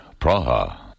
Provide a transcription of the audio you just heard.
Praha